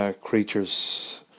Creatures